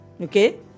Okay